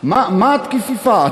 מה התקיפה.